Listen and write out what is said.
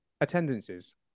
Attendances